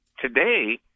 today